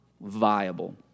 viable